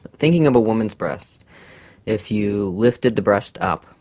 thinking of a woman's breast if you lifted the breast up,